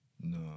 No